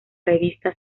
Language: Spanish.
revista